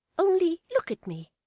only look at me.